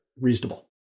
reasonable